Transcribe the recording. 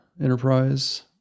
enterprise